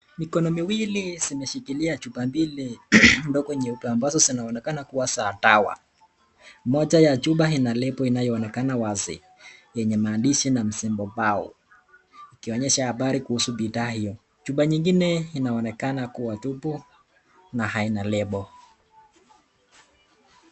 Mikono miwili zimeshikilia chupa mbili ndogo nyeupe ambazo zinaonekana kuwa za dawa, moja ya chupa ina lebo inayoonekana wazi yenye maandishi na msimbo bao ikionesha habari kuhusu bidhaa hiyo. Chupa nyingine inaonekana kuwa tupu na haina lebo.